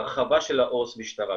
הרחבה של עו"ס משטרה.